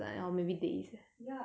ya it is tiring